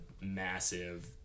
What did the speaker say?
massive